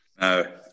No